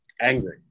Angry